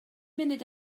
munud